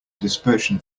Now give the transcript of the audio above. dispersion